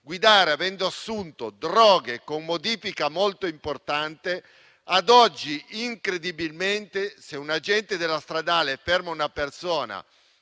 guidare avendo assunto droghe, con una modifica molto importante: ad oggi, incredibilmente, se un agente della Polizia stradale ferma una persona